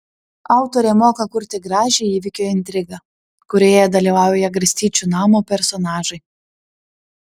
autorė moka kurti gražią įvykio intrigą kurioje dalyvauja garstyčių namo personažai